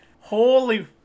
holy